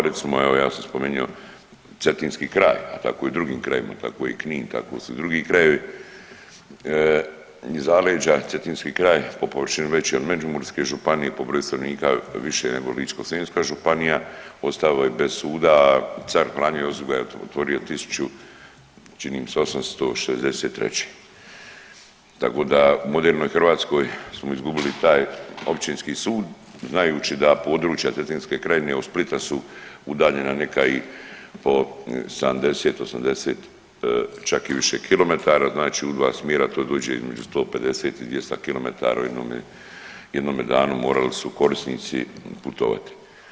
Recimo evo ja sam spomenuo cetinski kraj, tako i u drugim krajevima tako i Knin, tako su i drugi krajevi zaleđa, cetinski kraj po površini veći od Međimurske županije, po broju stanovnika više nego Ličko-senjska županija ostao je bez suda, a car Franjo Josip ga je otvorio tisuću čini mi se 863., tako da u modernoj Hrvatskoj smo izgubili taj općinski sud znajući da područja Cetinske krajine od Splita su udaljena neka i po 70, 80 čak i više kilometara znači u dva smjera to dođe između 150 i 200 km u jednome danu morali su korisnici putovati.